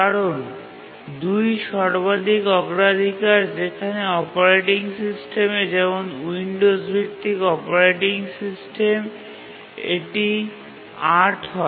কারণ ২ সর্বাধিক অগ্রাধিকার যেখানে অপারেটিং সিস্টেমে যেমন উইন্ডোজ ভিত্তিক অপারেটিং সিস্টেম এটি ৮ হয়